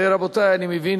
רבותי, אני מבין